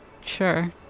Sure